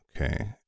Okay